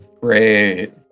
Great